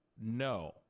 no